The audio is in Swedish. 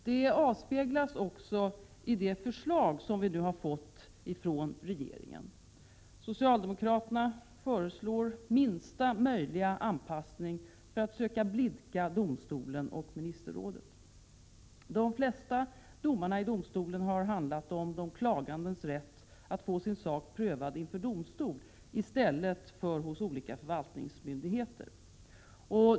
Det avspeglas också i det förslag vi nu fått från regeringen. Socialdemokraterna föreslår minsta möjliga anpassning för att söka blidka domstolen och ministerrådet. De flesta domarna i domstolen har handlat om de klagandes rätt att få sin sak prövad inför domstol i stället för hos olika förvaltningsmyndigheter.